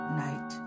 night